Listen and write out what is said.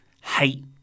hate